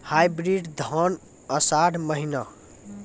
Hybrid धान आषाढ़ महीना?